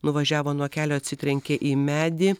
nuvažiavo nuo kelio atsitrenkė į medį